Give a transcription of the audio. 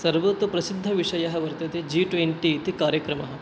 सर्वतः प्रसिद्धविषयः वर्तते जि ट्वेण्टिट् इति कार्यक्रमः